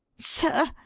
sir,